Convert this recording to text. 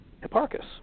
Hipparchus